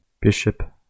Bishop